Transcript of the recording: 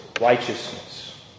righteousness